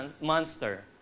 monster